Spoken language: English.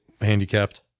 handicapped